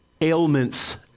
ailments